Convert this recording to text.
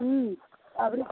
हूँ अभरी